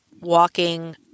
walking